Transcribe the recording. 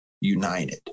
united